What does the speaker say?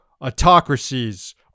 Autocracies